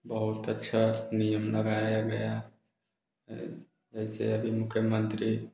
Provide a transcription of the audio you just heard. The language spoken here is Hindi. बहुत अच्छा नियम लगाया गया है जैसे अभी मुख्यमंत्री